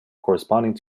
corresponding